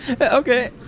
okay